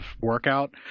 workout